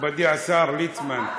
מכובדי השר ליצמן.